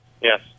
Yes